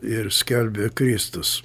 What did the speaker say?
ir skelbė kristus